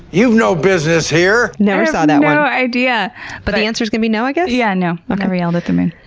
you've no business here! never saw that one? ah i but the answer's gonna be no, i guess? yeah, no. ah never yelled at the moon.